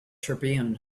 tribune